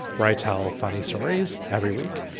write tell funny stories every week.